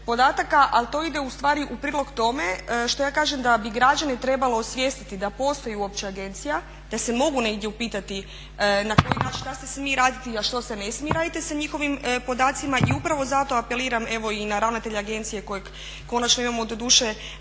podataka ali to ide u stvari u prilog tome što ja kažem da bi građane trebalo osvijestiti da postoji uopće agencija, da se mogu negdje upitati na koji način, šta se smije raditi a što se ne smije raditi sa njihovim podacima. I upravo zato apeliram evo i na ravnatelja agencije kojeg konačno imamo, doduše